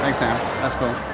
like sam, that's cool.